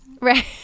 right